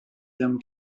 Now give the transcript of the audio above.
them